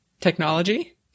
technology